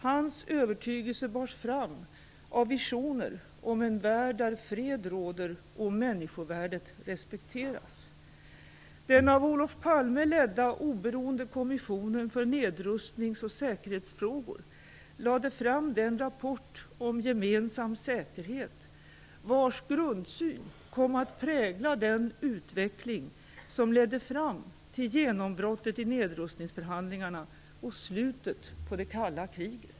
Hans övertygelse bars fram av visioner om en värld där fred råder och människovärdet respekteras. Den av Olof Palme ledda oberoende kommissionen för nedrustnings och säkerhetsfrågor lade fram den rapport om "Gemensam säkerhet", vars grundsyn kom att prägla den utveckling som ledde fram till genombrottet i nedrustningsförhandlingarna och slutet på det kalla kriget.